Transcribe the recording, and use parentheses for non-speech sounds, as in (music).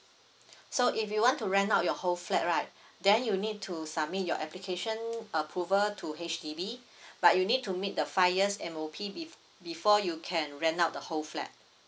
so if you want to rent out your whole flat right then you need to submit your application approval to H_D_B (breath) but you need to meet the five years M_O_P bef~ before you can rent out the whole flat